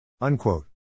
Unquote